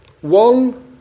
one